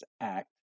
Act